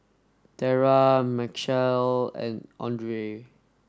Tera Machelle and Audrey